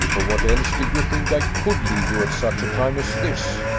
for what else did you think i could leave you at such a time as this?